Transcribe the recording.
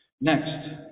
Next